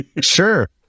Sure